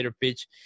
pitch